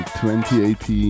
2018